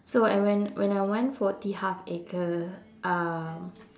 so I went when I want T-Harv-Eker um